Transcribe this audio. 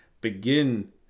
begin